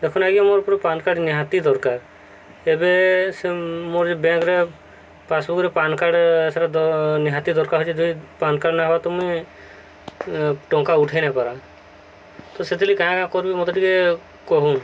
ଦେଖୁନ୍ ଆଜ୍ଞା ମୋର ପୂୁରା ପ୍ୟାନ୍କାର୍ଡ଼ ନିହାତି ଦରକାର ଏବେ ସେ ମୋର ଯେନ୍ ବ୍ୟାଙ୍କରେ ପାସ୍ବୁକ୍ରେ ପ୍ୟାନ୍କାର୍ଡ଼ ସେଟା ନିହାତି ଦରକାର ହେଉଛି ଯଦି ପ୍ୟାନ୍କାର୍ଡ଼ ନ ହବ ତ ମୁଇଁ ଟଙ୍କା ଉଠେଇ ନାଇଁ ପାରବା ତ ସେଥିର୍ଲାଗି କାଁ କାଁ କରିବି ମୋତେ ଟିକେ କହୁନ୍